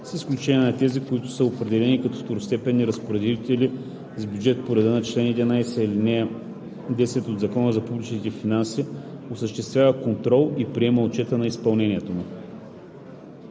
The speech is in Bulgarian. с изключение на тези, които са определени като второстепенни разпоредители с бюджет по реда на чл. 11, ал. 10 от Закона за публичните финанси, осъществява контрол и приема отчета за изпълнението му.“